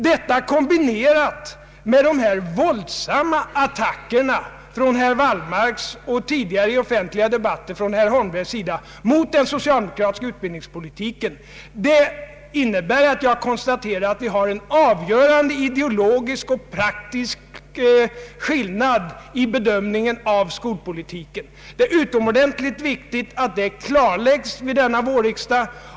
Detta kombinerat med dessa våldsamma attacker från herr Wallmark och tidigare i offentliga debatter från herr Holmberg mot den socialdemokratiska utbildningspolitiken innebär att vi har en avgörande ideologisk och praktisk skillnad i bedömningen av skolpolitiken. Det är utomordentligt viktigt att den saken klarläggs vid denna vårriksdag.